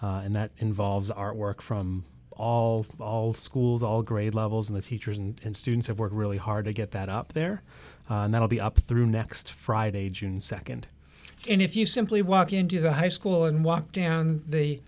and that involves artwork from all all schools all grade levels and the teachers and students have worked really hard to get that up there and that'll be up through next friday june nd and if you simply walk into the hype well and walk down the